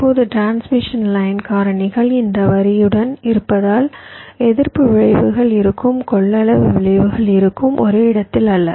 இப்போது transmission line காரணிகள் இந்த வரியுடன் இருப்பதால் எதிர்ப்பு விளைவுகள் இருக்கும் கொள்ளளவு விளைவுகள் இருக்கும் ஒரே இடத்தில் அல்ல